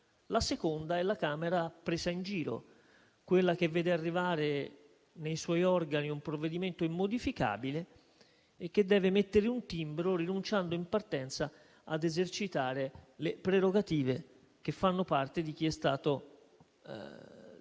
la seconda è la Camera presa in giro, quella che vede arrivare nei suoi organi un provvedimento immodificabile e che deve mettere un timbro rinunciando in partenza a esercitare le prerogative che fanno parte del corredo di